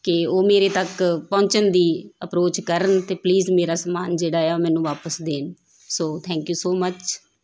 ਕਿ ਉਹ ਮੇਰੇ ਤੱਕ ਪਹੁੰਚਣ ਦੀ ਅਪਰੋਚ ਕਰਨ ਅਤੇ ਪਲੀਜ਼ ਮੇਰਾ ਸਮਾਨ ਜਿਹੜਾ ਆ ਮੈਨੂੰ ਵਾਪਸ ਦੇਣ so thank you so much